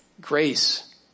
grace